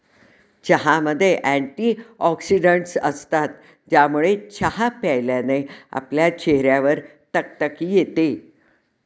चहामध्ये अँटीऑक्सिडन्टस असतात, ज्यामुळे चहा प्यायल्याने आपल्या चेहऱ्यावर तकतकी येते